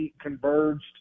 converged